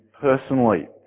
personally